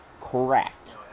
correct